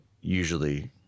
usually